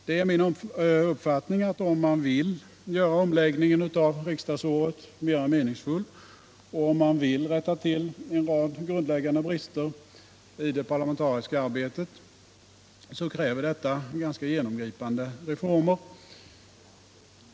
Det är min uppfattning att om man vill göra omläggningen av riksdagsåret mera meningsfull och om man vill rätta till en rad grundläggande brister i det parlamentariska arbetet, så kräver detta ganska genomgripande reformer.